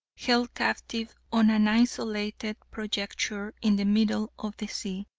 held captive on an isolated projecture in the middle of the sea.